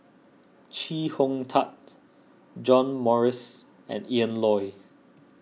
Chee Hong Tat John Morrice and Ian Loy